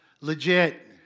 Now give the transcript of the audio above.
legit